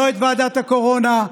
לא את ועדת הקורונה.